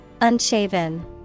Unshaven